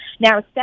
Now